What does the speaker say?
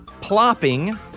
Plopping